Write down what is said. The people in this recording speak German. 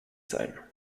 sein